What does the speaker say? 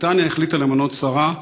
בריטניה החליטה למנות שרה.